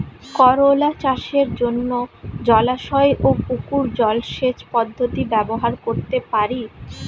করোলা চাষের জন্য জলাশয় ও পুকুর জলসেচ পদ্ধতি ব্যবহার করতে পারি?